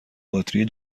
باتری